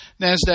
NASDAQ